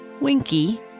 Winky